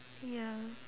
ya